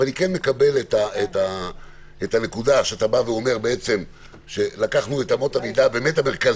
אבל אני כן מקבל את הנקודה שאתה אומר: לקחנו את אמות המידה המרכזיות,